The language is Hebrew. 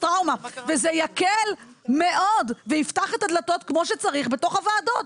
טראומה וזה יקל מאוד ויפתח את הדלתות כמו שצריך בתוך הוועדות.